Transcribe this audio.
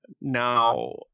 Now